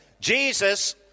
Jesus